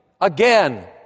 again